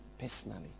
personally